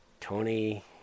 Tony